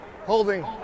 Holding